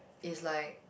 is like